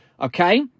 okay